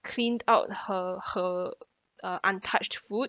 cleaned out her her uh untouched food